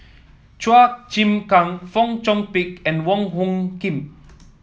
Chua Chim Kang Fong Chong Pik and Wong Hung Khim